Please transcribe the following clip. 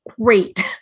great